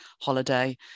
holiday